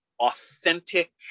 authentic